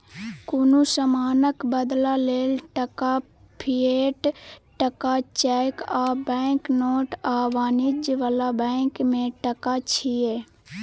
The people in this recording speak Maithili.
कुनु समानक बदला लेल टका, फिएट टका, चैक आ बैंक नोट आ वाणिज्य बला बैंक के टका छिये